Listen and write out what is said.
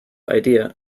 idea